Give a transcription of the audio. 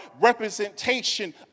representation